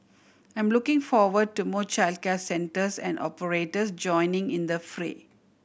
I'm looking forward to more childcare centres and operators joining in the fray